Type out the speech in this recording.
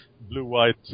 blue-white